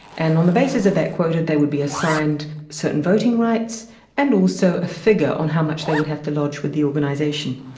and on the basis of that quota they would be assigned certain voting rights and also a figure of how much they would have to lodge with the organisation.